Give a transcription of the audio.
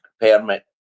permit